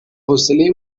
حوصله